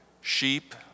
sheep